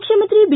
ಮುಖ್ಯಮಂತ್ರಿ ಬಿ